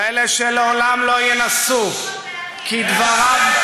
כאלה שלעולם לא ינסו, כדבריו,